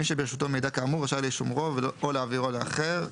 מי שברשותו מידע כאמור רשאי לשומרו או להעבירו לאחר,